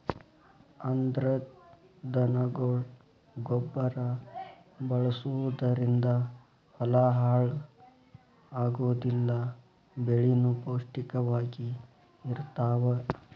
ಅಂದ್ರ ದನಗೊಳ ಗೊಬ್ಬರಾ ಬಳಸುದರಿಂದ ಹೊಲಾ ಹಾಳ ಆಗುದಿಲ್ಲಾ ಬೆಳಿನು ಪೌಷ್ಟಿಕ ವಾಗಿ ಇರತಾವ